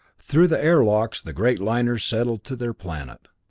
through the airlocks the great liners settled to their planet.